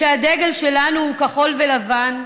שהדגל שלנו הוא כחול ולבן,